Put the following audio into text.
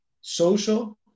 social